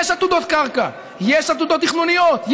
יש עתודות קרקע, יש עתודות תכנוניות.